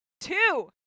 two